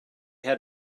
had